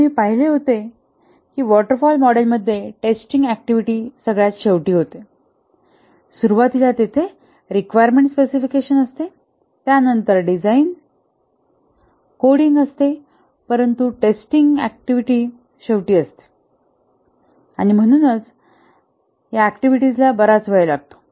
आम्ही पाहिले होते की वॉटर फॉल मॉडेलमध्ये टेस्टिंग ऍक्टिव्हिटी सगळ्यात शेवटी होते सुरुवातीला तेथे रिक्वायरमेंट स्पेसिफिकेशनअसते त्यानंतर डिझाईन कोडिंग असते परंतु टेस्टिंग ऍक्टिव्हिटी शेवटी असते आणि म्हणूनच ऍक्टिव्हिटीज ला बराच वेळ लागतो